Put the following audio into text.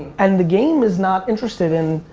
and the game is not interested in,